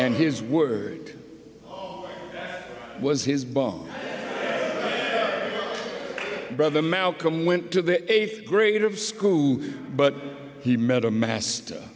and his word was his bone brother malcolm went to the eighth grade of school but he met a mast